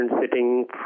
sitting